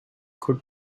could